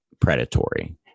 predatory